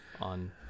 on